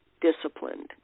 disciplined